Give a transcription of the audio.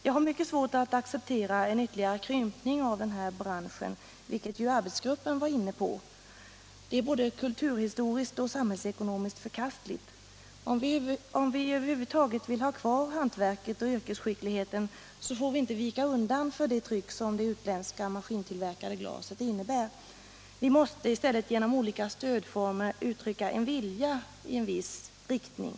Jag har mycket svårt att acceptera en ytterligare krympning av denna bransch, vilket ju arbetsgruppen var inne på. Det är både kulturhistoriskt - Nr 129 och samhällsekonomiskt förkastligt. Om vi över huvud taget vill ha kvar Torsdagen den hantverket och yrkesskickligheten, så får vi inte vika undan för det tryck 12 maj 1977 som det utländska, maskintillverkade glaset innebär. Vi måste i stället = genom olika stödformer uttrycka en vilja i en viss riktning.